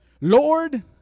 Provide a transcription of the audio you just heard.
Lord